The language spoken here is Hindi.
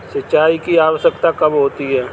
सिंचाई की आवश्यकता कब होती है?